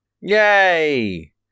yay